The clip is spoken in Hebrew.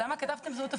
למה כתבתם זהות הפוכה?